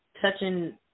touching